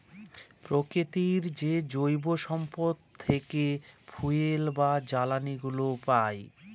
প্রকৃতির যে জৈব সম্পদ থেকে ফুয়েল বা জ্বালানিগুলো পাই